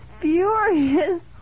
furious